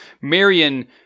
Marion